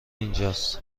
اینجاس